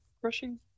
crushing